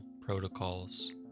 protocols